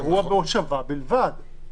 אירוע בהושבה בלבד.